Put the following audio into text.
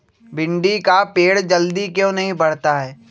भिंडी का पेड़ जल्दी क्यों नहीं बढ़ता हैं?